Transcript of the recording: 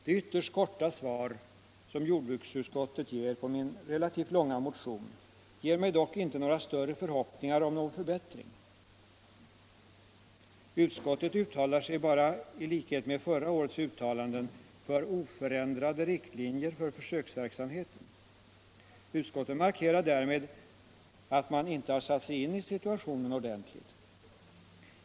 Det ytterst korta svar som jordbruksutskottet ger på min relativt långa motion ger mig dock inte några större förhoppningar om någon förbättring. Utskottet uttalar sig bara — liksom förra året — för ”oförändrade riktlinjer för försöksverksamheten”. Utskottet markerar därmed att man inte har satt sig in i situationen ordentligt.